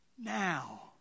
now